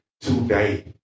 today